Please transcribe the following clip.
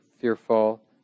fearful